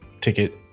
ticket